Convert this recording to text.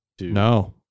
No